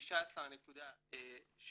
19.6